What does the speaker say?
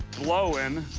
blowing,